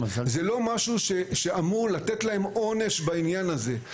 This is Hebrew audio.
זה לא משהו שאמור לתת להן עונש בעניין הזה.